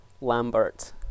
Lambert